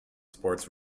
sports